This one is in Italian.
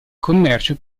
commercio